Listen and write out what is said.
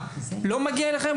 לא מגיע אליכם?